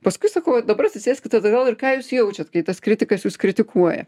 paskui sakau vat dabar atsisėskit atgal ir ką jūs jaučiat kai tas kritikas jus kritikuoja